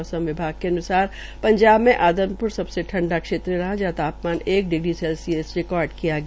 मौसम विभाग के अन्सार पंजाब में आदमप्र सबसे ठंडा क्षेत्र रहा जहां तापमान एक डिग्री सेल्सियस रिकार्ड किया गया